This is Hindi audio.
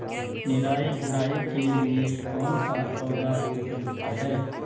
निराई गुड़ाई के लिए कौन सा औज़ार उपयुक्त है?